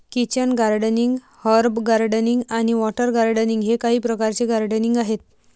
kitchen gardening, herb gardening आणि water gardening हे काही प्रकारचे गार्डनिंग आहेत